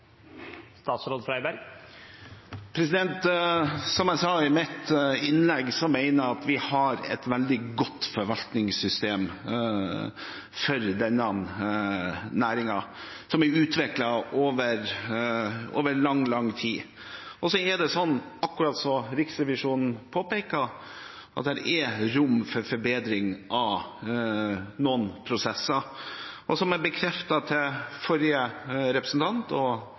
Som jeg sa i mitt innlegg, mener jeg at vi har et veldig godt forvaltningssystem for denne næringen, som er utviklet over lang, lang tid. Og så er det, akkurat som Riksrevisjonen påpeker, rom for forbedring av noen prosesser. Som jeg bekreftet til forrige replikant, og